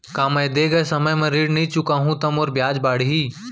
का मैं दे गए समय म ऋण नई चुकाहूँ त मोर ब्याज बाड़ही?